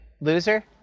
loser